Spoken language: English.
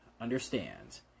understands